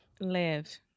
Live